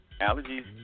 allergies